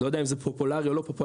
לא יודע אם זה פופולרי או לא פופולרי.